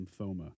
lymphoma